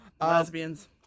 lesbians